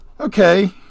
okay